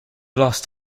lost